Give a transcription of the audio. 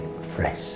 fresh